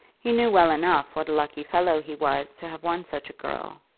he knew well enough what a lucky fellow he was to have won such a girl.